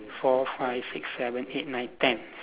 four five six seven eight nine ten